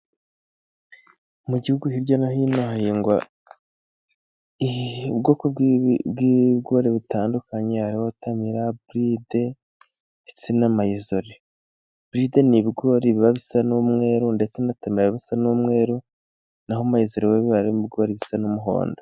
Mu gihugu hirya no hino hahingwa ubwoko bw'ibigori bitandukanye hariho tamira , buride ndetse na mayizore . Iburide ni ibigori biba bisa n'umweru ndetse na tamira isa n'umweru , naho mayizori ho iba ari ibigori biba bisa n'umuhondo.